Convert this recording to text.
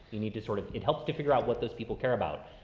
you need to sort of, it helps to figure out what those people care about.